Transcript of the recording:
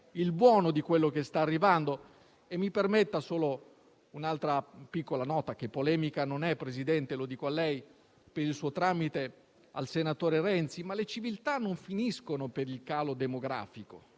il buono di quello che sta arrivando e mi permetta solo un'altra piccola nota, Presidente, che non è polemica. Lo dico a lei e per il suo tramite al senatore Renzi: le civiltà non finiscono per il calo demografico,